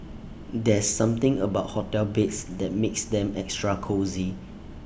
there's something about hotel beds that makes them extra cosy